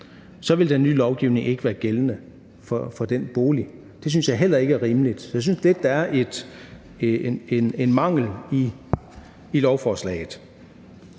så vil den nye lovgivning ikke være gældende for den bolig. Det synes jeg heller ikke er rimeligt. Så jeg synes lidt, at der er en mangel i lovforslaget.